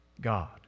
God